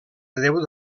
déu